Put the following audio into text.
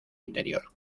interior